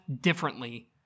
differently